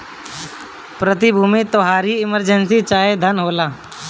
प्रतिभूति तोहारी इमर्जेंसी चाहे धन होला